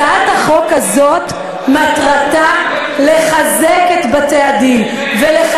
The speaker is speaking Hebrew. הצעת החוק הזאת מטרתה לחזק את בתי-הדין, זה יקרה.